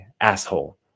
asshole